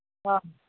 ꯑꯥ